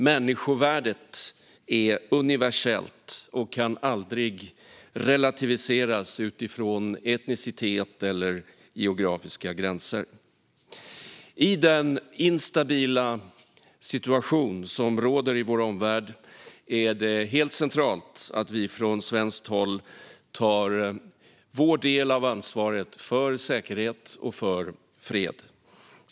Människovärdet är universellt och kan aldrig relativiseras utifrån etnicitet eller geografiska gränser. I den instabila situation som råder i vår omvärld är det helt centralt att vi från svenskt håll tar vår del av ansvaret för säkerhet och fred.